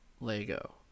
Lego